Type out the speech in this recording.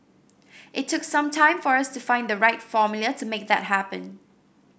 it took some time for us to find the right formula to make that happen